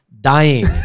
dying